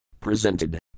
presented